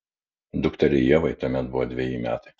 dukteriai ievai tuomet buvo dveji metai